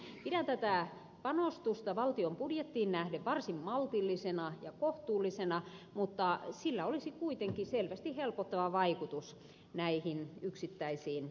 pidän tätä panostusta valtion budjettiin nähden varsin maltillisena ja kohtuullisena mutta sillä olisi kuitenkin selvästi helpottava vaikutus näihin yksittäisiin kotitalouksiin